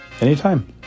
Anytime